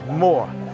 more